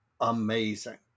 amazing